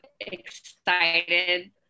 excited